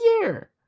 year